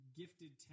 gifted